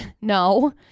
No